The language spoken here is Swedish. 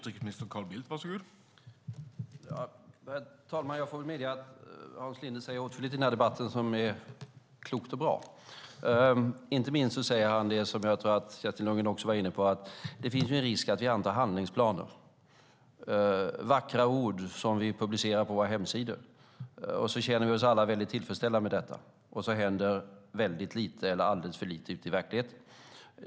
Herr talman! Jag får medge att Hans Linde säger åtskilligt i denna debatt som är klokt och bra. Inte minst säger han det som jag tror att även Kerstin Lundgren var inne på, nämligen att det finns en risk att vi antar handlingsplaner - vackra ord som vi publicerar på våra hemsidor - och känner oss mycket tillfredsställda med detta. Sedan händer alldeles för lite ute i verkligheten.